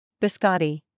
Biscotti